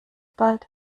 bald